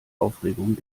aufregung